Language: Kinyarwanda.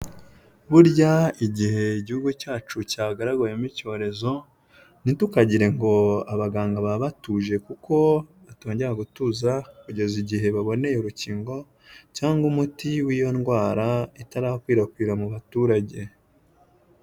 Burya igihe igihugu cyacu cyagaragayemo icyorezo, ntitukagire ngo abaganga baba batuje kuko batongera gutuza kugeza igihe baboneye urukingo cyangwa umuti w'iyo ndwara, itarakwirakwira mu baturage.